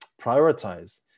prioritize